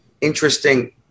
interesting